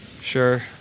Sure